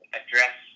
address